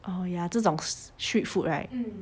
oh ya 这种 zhe zhong s~ street food right